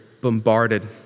bombarded